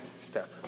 step